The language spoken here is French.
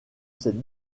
cette